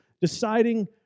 deciding